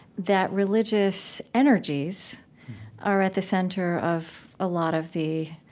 that religious energies are at the center of a lot of the,